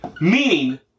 meaning